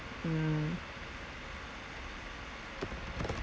mm